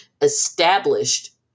established